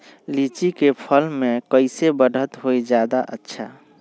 लिचि क फल म कईसे बढ़त होई जादे अच्छा?